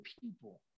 people